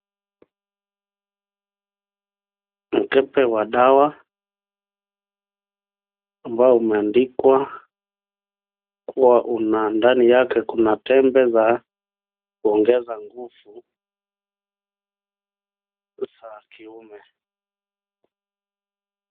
Mkebe wa dawa ambao umeandikwa kuwa ndani yake kuna tembe za kuongeza nguvu za kiume.